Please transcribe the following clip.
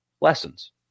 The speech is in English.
lessons